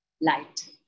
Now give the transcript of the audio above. light